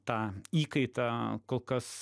tą įkaitą kol kas